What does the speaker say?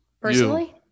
personally